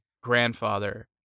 grandfather